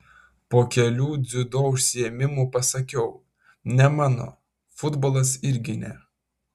po kelių dziudo užsiėmimų pasakiau ne mano futbolas irgi ne